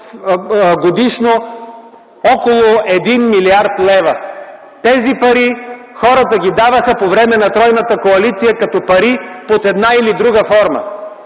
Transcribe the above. годишно около 1 млрд. лв. Тези пари хората ги дадоха по времето на тройната коалиция като пари под една или друга форма.